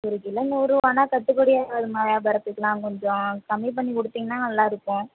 ஒரு கிலோ நூறு ரூபானா கட்டுபடி ஆகாதும்மா வியாபாரத்துக்கெலாம் கொஞ்சம் கம்மி பண்ணிக் கொடுத்தீங்கனா நல்லாயிருக்கும்